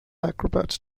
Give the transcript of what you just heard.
acrobat